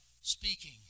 speaking